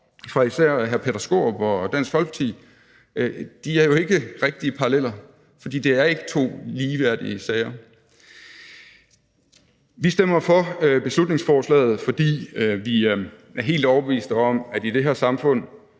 især af hr. Peter Skaarup og Dansk Folkepartis medlemmer, jo ikke rigtige paralleller, fordi det jo ikke er to ligeværdige sager. Vi stemmer for beslutningsforslaget, fordi vi er helt overbeviste om, at man i det her samfund